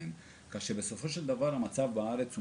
והמצב בארץ הוא